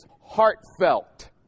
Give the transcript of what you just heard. heartfelt